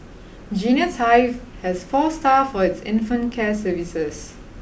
genius hive has four staff for its infant care services